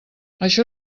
això